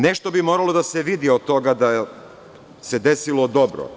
Nešto bi moralo da se vidi od toga da se desilo dobro.